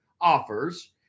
offers